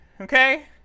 okay